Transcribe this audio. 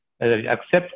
accept